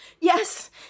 Yes